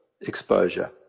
exposure